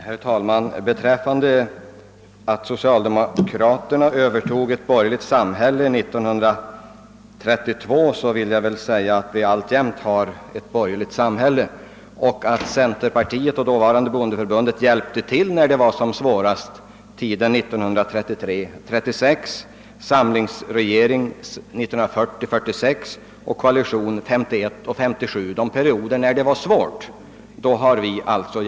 Herr talman! Med anledning av talet om att socialdemokraterna 1932 övertog ett borgerligt samhälle vill jag säga att vårt samhälle väl alltjämt är borgerligt. Och centerpartiet, dåvarande bondeförbundet, har alltid hjälpt till under de perioder då det varit som svårast. Vi gjorde det åren 1933—1936, vi gjorde det under samlingsregeringens tid 1940—1946 och under koalitionen 1951—1957.